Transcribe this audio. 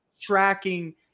tracking